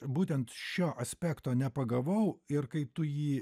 būtent šio aspekto nepagavau ir kai tu jį